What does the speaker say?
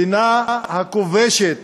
מדינה הכובשת